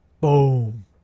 Boom